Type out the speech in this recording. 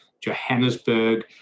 Johannesburg